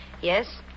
Yes